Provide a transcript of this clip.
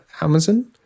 Amazon